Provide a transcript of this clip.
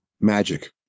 Magic